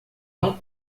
não